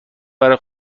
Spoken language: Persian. برا